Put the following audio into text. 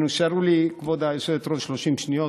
נשארו לי, כבוד היושב-ראש, 30 שניות,